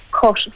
cut